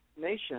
nation